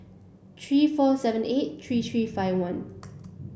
three four seven eight three three five one